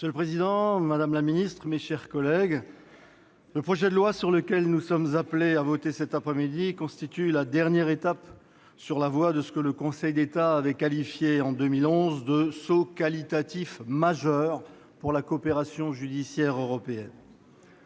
Monsieur le président, madame la garde des sceaux, mes chers collègues, le projet de loi sur lequel nous sommes appelés à nous prononcer cet après-midi constitue la dernière étape sur la voie de ce que le Conseil d'État avait qualifié en 2011 de « saut qualitatif majeur » pour la coopération judiciaire européenne.